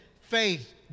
Faith